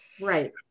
right